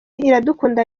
iradukunda